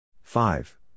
five